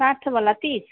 साठ वाला तीस